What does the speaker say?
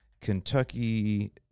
Kentucky